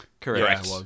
Correct